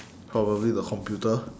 probably the computer